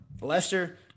Lester –